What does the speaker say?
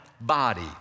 body